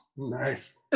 Nice